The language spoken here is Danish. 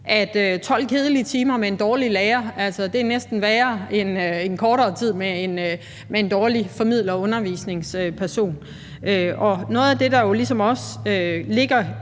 at 12 kedelige timer med en dårlig lærer næsten er værre end en kortere tid med en dårlig formidler og undervisningsperson. Noget af det, der jo ligesom også ligger